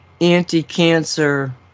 anti-cancer